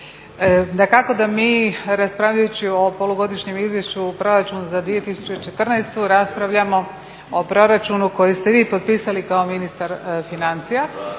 Dakako da mi raspravljaju o polugodišnjem izvješću proračun za 2014. raspravljamo o proračunu koji ste vi potpisali kao ministar financija